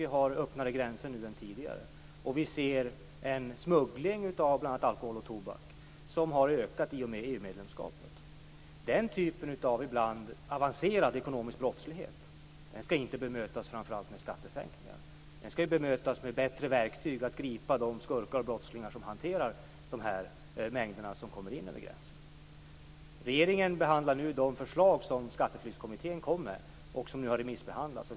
Vi har nu öppnare gränser än tidigare, och vi ser att smugglingen av bl.a. alkohol och tobak har ökat i och med EU-medlemskapet. Den typen av ibland avancerad ekonomisk brottslighet skall inte framför allt bemötas med skattesänkningar utan med bättre verktyg för att gripa de skurkar och brottslingar som hanterar de mängder som kommer in över gränserna. Regeringen behandlar nu de förslag som Skatteflyktskommittén lade fram och som har remissbehandlats.